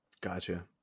Gotcha